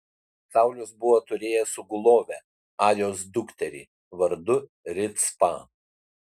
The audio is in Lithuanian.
saulius buvo turėjęs sugulovę ajos dukterį vardu ricpą